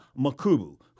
Makubu